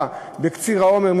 בקציר האומר,